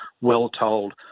well-told